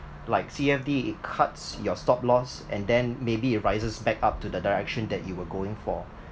like C_F_D it cuts your stop-loss and then maybe it rises back up to the direction that you were going for